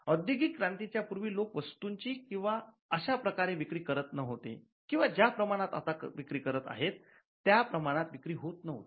औद्योगिक क्रांतीच्या पूर्वी लोक वस्तूंची अशा प्रकारे विक्री करत नव्हते किंवा ज्या प्रमाणात आता विक्री करत आहेत त्या प्रमाणात विक्री होत नव्हती